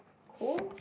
cool